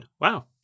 Wow